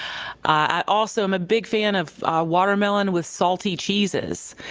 i also am a big fan of watermelon with salty cheeses.